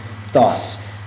thoughts